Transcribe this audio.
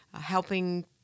Helping